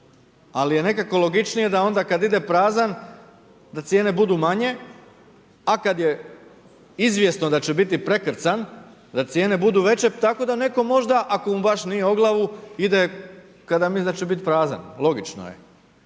Ali je nekako logičnije, da onda kada ide prazan, da cijene budu manje, a kada je izvjesno da će biti prekrcan, da cijene budu veće, tako da netko možda, ako mu baš nije o glavu, ide kada misli da će biti prazan, logično je.